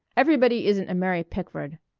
everybody isn't a mary pickford.